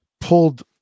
pulled